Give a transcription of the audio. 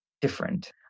different